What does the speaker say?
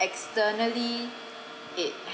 externally it